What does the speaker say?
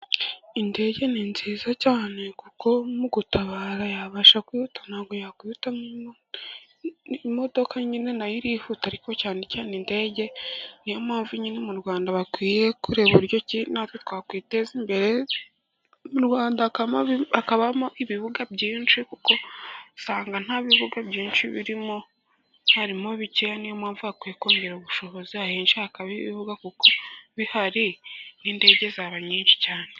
Indege ni nziza cyane kuko mu gutabara yabasha kwihuta. Nta bwo yakwihuta nk'imodoka. Imodoka nyine na yo irihuta ariko cyane cyane indege. Ni yo mpamvu nyine mu Rwanda bakwiye kureba buryo ki na twe twakwiteza imbere, mu Rwanda hakabamo ibibuga byinshi, kuko usanga nta bibuga byinshi birimo. Harimo bike ni yo mpamvu bakwiye kongera ubushobozi ahenshi hakaba ibibuga, kuko bihari n'indege zaba nyinshi cyane.